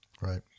Right